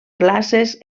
classes